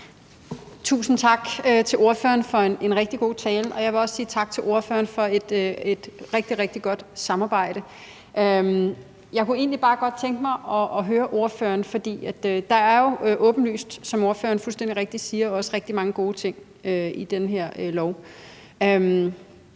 Tusind tak til ordføreren for en rigtig god tale. Og jeg vil også sige tak til ordføreren for et rigtig, rigtig godt samarbejde. Jeg kunne egentlig bare godt tænke mig at høre ordføreren om noget. For der er jo åbenlyst, som ordføreren fuldstændig rigtigt siger, også rigtig mange gode ting i den her lov.